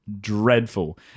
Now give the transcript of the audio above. dreadful